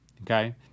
Okay